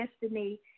destiny